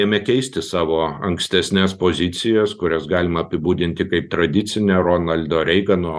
ėmė keisti savo ankstesnes pozicijas kurias galima apibūdinti kaip tradicinę ronaldo reigano